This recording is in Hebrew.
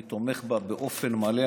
אני תומך בה באופן מלא.